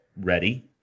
ready